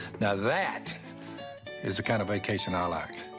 now that is the kind of vacation i like.